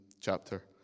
chapter